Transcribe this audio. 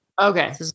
Okay